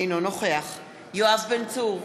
אינו נוכח יואב בן צור,